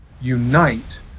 unite